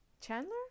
Chandler